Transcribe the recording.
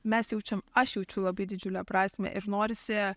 mes jaučiam aš jaučiu labai didžiulę prasmę ir norisi